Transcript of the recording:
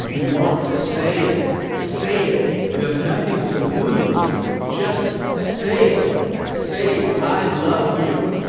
you want to say it say it, you have nothing to lose just say it say i love you.